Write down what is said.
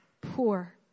poor